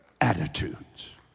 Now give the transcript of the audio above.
Attitudes